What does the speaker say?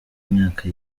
imyaka